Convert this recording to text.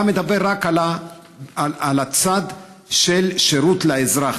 אתה מדבר רק על הצד של שירות לאזרח